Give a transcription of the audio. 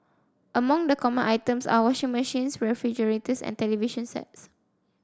among the common items are washing machines refrigerators and television sets